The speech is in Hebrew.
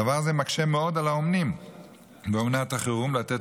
דבר זה מקשה מאוד על האומנים באומנת החירום לתת